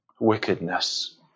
Wickedness